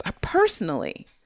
personally